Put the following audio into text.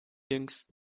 jüngst